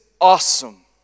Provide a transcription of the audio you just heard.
awesome